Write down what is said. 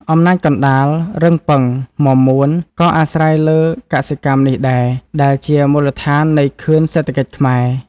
អំណាចកណ្តាល រឹងប៉ឹង មាំមួន ក៏អាស្រ័យលើកសិកម្មនេះដែរ ដែលជាមូលដ្ឋាននៃខឿនសេដ្ឋកិច្ចខ្មែរ។